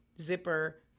zipper